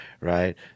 right